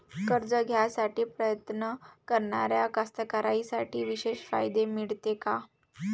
कर्ज घ्यासाठी प्रयत्न करणाऱ्या कास्तकाराइसाठी विशेष फायदे मिळते का?